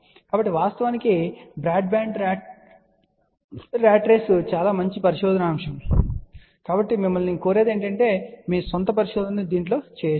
కాబట్టి వాస్తవానికి broadband rat race చాలా మంచి పరిశోధనా అంశం కాబట్టి శ్రోతలను నేను కోరుతున్నాను మీరు మీ స్వంత శోధనను కొద్దిగా చేయవచ్చు